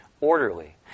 orderly